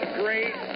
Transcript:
great